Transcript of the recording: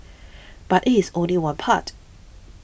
but it is only one part